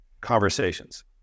conversations